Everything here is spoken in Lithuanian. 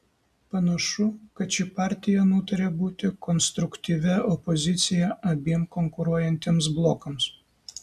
panašu kad ši partija nutarė būti konstruktyvia opozicija abiem konkuruojantiems blokams